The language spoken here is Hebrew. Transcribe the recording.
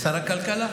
הכלכלה,